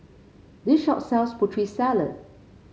this shop sells Putri Salad